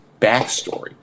backstory